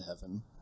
heaven